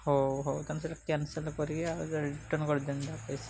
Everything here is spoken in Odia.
ହଉ ହଉ ତାନେ ସେଇଟା କ୍ୟାନସେଲ୍ କରିକି ଆଉ ଯାହା ରିଟର୍ନ କରିଦିଅନ୍ତୁ ପଇସା